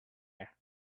air